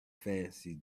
fancy